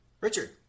Richard